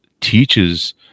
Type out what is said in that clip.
teaches